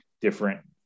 different